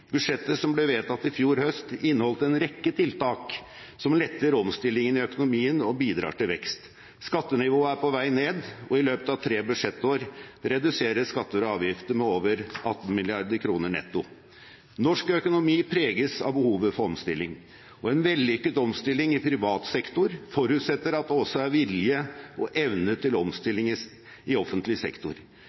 Budsjettet som ble vedtatt i fjor høst, inneholdt en rekke tiltak som letter omstillingene i økonomien og bidrar til vekst. Skattenivået er på vei ned, og i løpet av tre budsjettår reduseres skatter og avgifter med over 18 mrd. kr netto. Norsk økonomi preges av behovet for omstilling, og en vellykket omstilling i privat sektor forutsetter at det også er vilje og evne til omstilling i offentlig sektor.